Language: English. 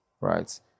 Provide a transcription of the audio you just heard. right